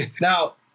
Now